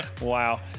Wow